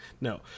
No